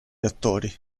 attori